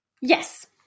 Yes